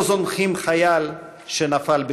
לא זונחים חייל שנפל בשבי.